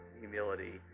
humility